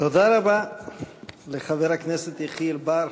תודה רבה לחבר הכנסת יחיאל בר.